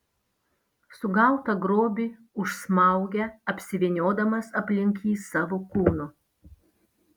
sugautą grobį užsmaugia apsivyniodamas aplink jį savo kūnu